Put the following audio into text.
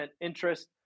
interest